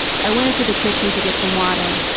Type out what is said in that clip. i went to the kitchen to get some water.